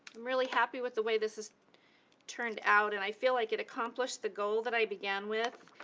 really happy with the way this has turned out, and i feel like it accomplished the goal that i began with,